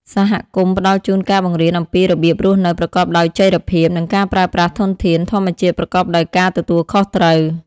សហគមន៍ផ្តល់ជូនការបង្រៀនអំពីរបៀបរស់នៅប្រកបដោយចីរភាព និងការប្រើប្រាស់ ធនធាន ធម្មជាតិប្រកបដោយការទទួលខុសត្រូវ។